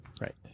Right